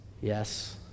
Yes